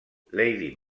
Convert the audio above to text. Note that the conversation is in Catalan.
lady